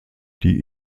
die